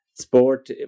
sport